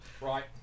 Right